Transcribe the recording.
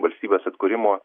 valstybės atkūrimo